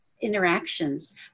interactions